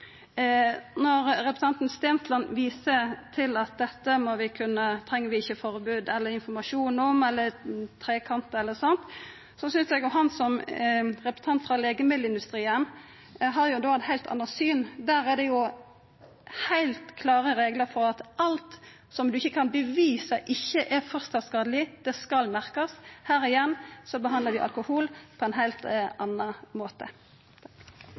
Når representanten Stensland viser til at dette treng vi ikkje informasjon om – eller trekant på eller sånt – tenkjer eg at han som representant for legemiddelindustrien har eit heilt anna syn. Der er det heilt klare reglar for at alt som ein ikkje kan bevisa ikkje er skadeleg for fosteret, skal merkjast. Igjen behandlar vi alkohol på ein heilt annan måte.